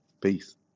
Peace